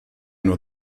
nur